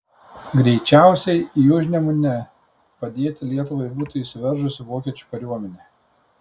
greičiausiai į užnemunę padėti lietuvai būtų įsiveržusi vokiečių kariuomenė